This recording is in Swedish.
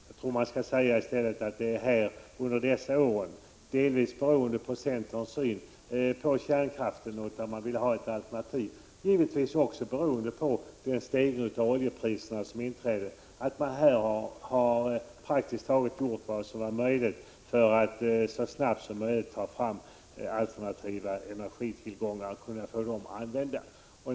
Jag tror vi kan säga att under dessa år — delvis beroende på centerns syn på kärnkraften och att man ville ha alternativ, givetvis också beroende på stegringen av oljepriserna — gjorde man praktiskt taget allt som man kunde göra för att så snabbt som möjligt ta fram alternativa energitillgångar och använda dem.